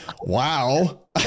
Wow